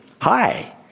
hi